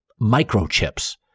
Microchips